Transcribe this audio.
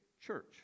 church